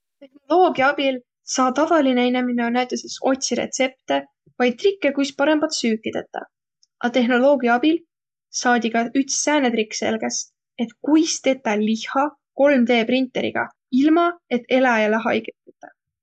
Tehnoloogia abil saa tavalinõ inemine näütüses otsiq retsepte vai trikke, kuis parõmbat süüki tetäq, a tehnoloogia abil saadi ka üts sääne trikk selges, et kuis tetäq lihha kolm-D-printeriga, ilma, et eläjäle haigõt tetäq.